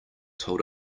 told